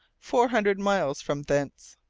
four hundred miles from thence.